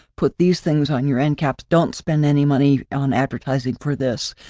put these things on your end cap, don't spend any money on advertising for this,